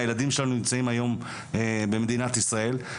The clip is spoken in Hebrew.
הילדים שלנו נמצאים היום במדינת ישראל.